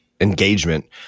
engagement